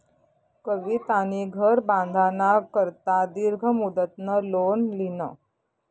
कवितानी घर बांधाना करता दीर्घ मुदतनं लोन ल्हिनं